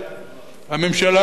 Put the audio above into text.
הממשלה,